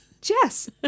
Jess